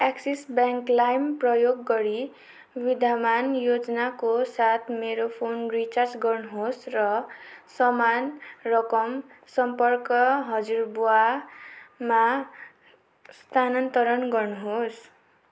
axis bank लाइम प्रयोग गरि विद्यमान योजनाको साथ मेरो फोन रिचार्ज गर्नुहोस् र समान रकम सम्पर्क हजुरबुवामा स्थानान्तरण गर्नुहोस्